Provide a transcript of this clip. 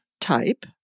type